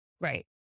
Right